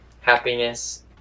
Happiness